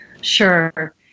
Sure